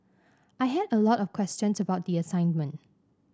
I had a lot of questions about the assignment